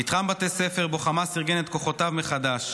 למתחם בתי ספר שבו חמאס ארגן את כוחותיו מחדש.